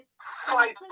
Fight